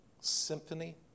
symphony